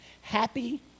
Happy